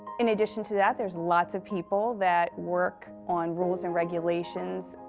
in addition to that, there's lots of people that work on rules and regulations,